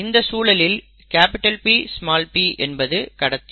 இந்த சூழலில் Pp என்பது கடத்தி